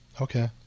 Okay